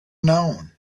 known